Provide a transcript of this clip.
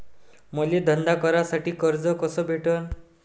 मले धंदा करासाठी कर्ज कस भेटन?